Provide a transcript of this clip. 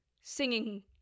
singing